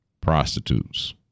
prostitutes